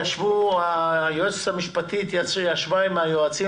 היועצת המשפטית לוועדה ישבה עם היועצים